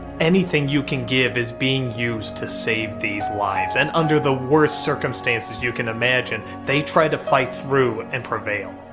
anything you can give is being used to save these lives and under the worst circumstances, you can imagine, they try to fight through and prevail.